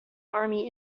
army